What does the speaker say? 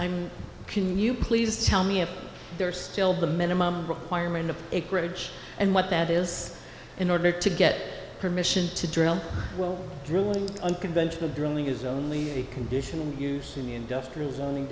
mean can you please tell me if there are still the minimum requirement of acreage and what that is in order to get permission to drill wells drilling unconventional drilling is only a conditional use in the industrial zoning